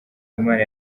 imana